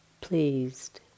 pleased